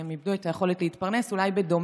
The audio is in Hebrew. כשהם איבדו את היכולת להתפרנס, אולי בדומה